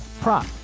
prop